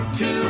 two